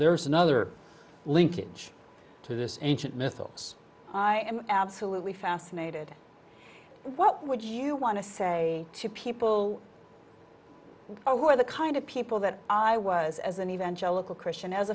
there is another linkage to this ancient myth thoughts i am absolutely fascinated what would you want to say to people or were the kind of people that i was as an evangelical christian as